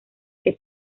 que